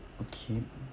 okay